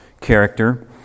character